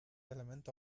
element